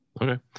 Okay